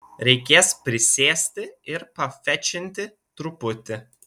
reikės prisėsti ir pafečinti truputį